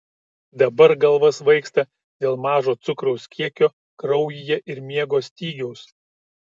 dabar galva svaigsta dėl mažo cukraus kiekio kraujyje ir miego stygiaus